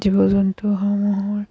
জীৱ জন্তুসমূহৰ